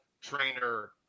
trainer